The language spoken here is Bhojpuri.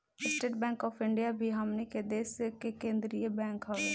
स्टेट बैंक ऑफ इंडिया भी हमनी के देश के केंद्रीय बैंक हवे